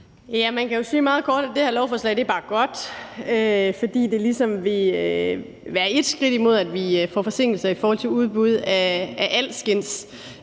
Man kan jo sige meget kort, at det her lovforslag bare er godt, fordi det ligesom vil være ét skridt, der modvirker, at vi får forsinkelser i forhold til udbud af alskens